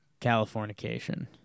Californication